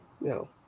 No